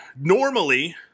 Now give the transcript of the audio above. normally